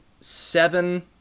seven